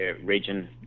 region